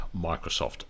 Microsoft